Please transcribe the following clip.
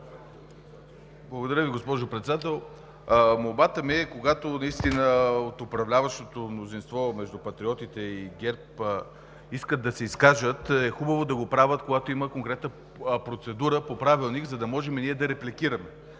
Благодаря Ви, госпожо Председател. Молбата ми е, когато от управляващото мнозинство – между Патриотите и ГЕРБ искат да се изкажат, е хубаво да го правят, когато има конкретна процедура по Правилник, за да можем да репликираме,